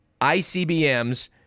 ICBMs